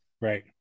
right